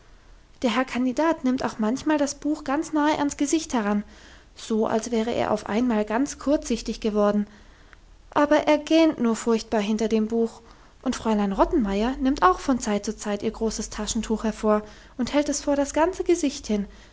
der herr kandidat nimmt auch manchmal das buch ganz nahe ans gesicht heran so als wäre er auf einmal ganz kurzsichtig geworden aber er gähnt nur furchtbar hinter dem buch und fräulein rottenmeier nimmt auch von zeit zu zeit ihr großes taschentuch hervor und hält es vor das ganze gesicht hin